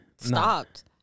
stopped